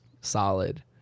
solid